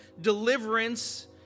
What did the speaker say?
deliverance